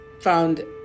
found